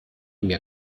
mir